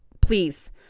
please